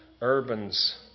Urban's